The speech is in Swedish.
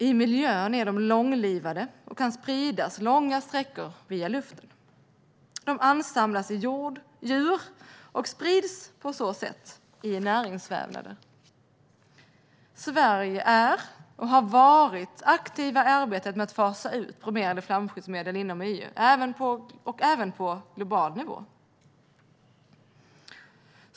I miljön är de långlivade och kan spridas långa sträckor via luften. De ansamlas i djur och sprids på så vis i näringsvävarna. Sverige är och har varit aktivt i arbetet med att fasa ut bromerade flamskyddsmedel inom EU och även på global nivå.